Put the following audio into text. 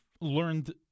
learned